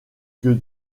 que